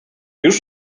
już